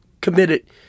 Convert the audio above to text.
committed